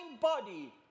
body